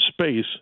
space